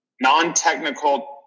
non-technical